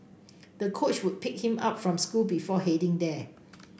the coach would pick him up from school before heading there